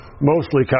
mostly